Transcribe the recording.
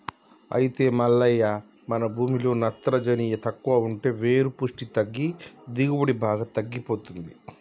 అయితే మల్లయ్య మన భూమిలో నత్రవోని తక్కువ ఉంటే వేరు పుష్టి తగ్గి దిగుబడి బాగా తగ్గిపోతుంది